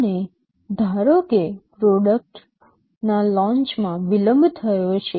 અને ધારો કે પ્રોડક્ટના લૉન્ચમાં વિલંબ થયો છે